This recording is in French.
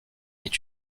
est